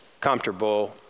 comfortable